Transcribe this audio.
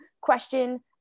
question